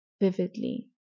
vividly